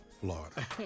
Florida